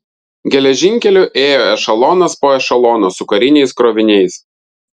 geležinkeliu ėjo ešelonas po ešelono su kariniais kroviniais